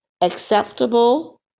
acceptable